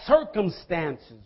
circumstances